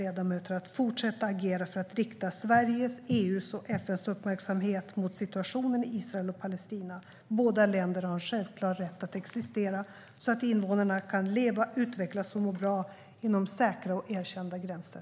Vi kommer att fortsätta agera för att rikta Sveriges, EU:s och FN:s uppmärksamhet mot situationen i Israel och Palestina - båda länderna har en självklar rätt att existera - så att invånarna kan leva, utvecklas och må bra inom säkra och erkända gränser.